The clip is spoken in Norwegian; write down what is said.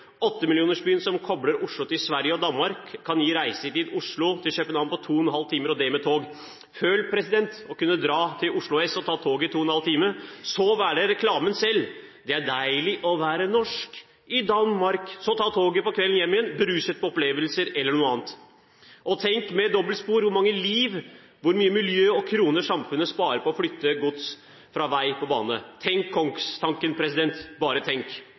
som kobler Oslo til Sverige og Danmark, kan gi reisetid fra Oslo til København på 2,5 timer, og det med tog. Føl på det å kunne dra til Oslo S og ta toget i 2,5 timer, så være reklamen selv – «Det er deilig å være norsk i Danmark» – og så ta toget på kvelden hjem igjen, beruset på opplevelser eller noe annet. Tenk med dobbeltspor, hvor mange liv og hvor mye miljø og kroner samfunnet sparer på å flytte gods fra vei på bane. Tenk kongstanken, bare tenk.